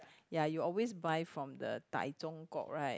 ya you always buy from the right